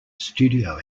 studio